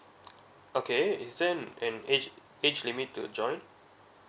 okay is there an an age age limit to join